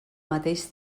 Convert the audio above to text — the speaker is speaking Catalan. mateix